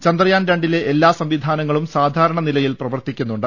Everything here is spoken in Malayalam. ചന്ദ്രയാൻ രണ്ടിലെ എല്ലാ സംവിധാനങ്ങളും സാധാരണ നിലയിൽ പ്രവർത്തിക്കുന്നുണ്ട്